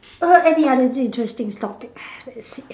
err any other d~ interesting topic let's see